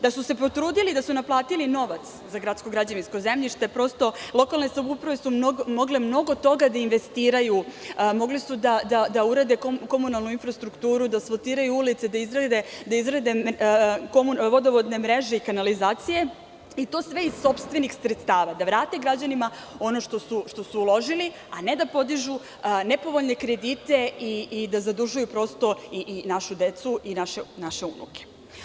Da su se potrudili i naplatili novac za gradsko građevinsko zemljište, lokalne samouprave su mogle mnogo toga da investiraju, da urede komunalnu infrastrukturu, da asfaltiraju ulice, da izrede vodovodnu mrežu i kanalizaciju, i to sve iz sopstvenih sredstava, da vrate građanima ono što su uložili, a ne da podižu nepovoljne kredite i da zadužuju našu decu i naše unuke.